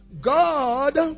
God